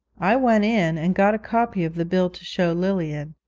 i went in and got a copy of the bill to show lilian,